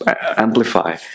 amplify